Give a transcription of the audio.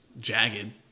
jagged